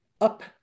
up